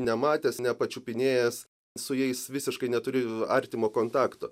nematęs nepačiupinėjęs su jais visiškai neturi artimo kontakto